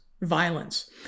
violence